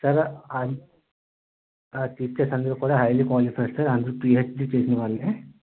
sir అదీ teachers అందరూ కూడా హైలీ క్వాలిఫైడ్ సార్ అందరూ పీహెచ్డీ చేసిన వాళ్లే